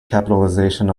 capitalization